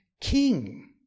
king